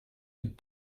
could